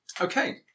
Okay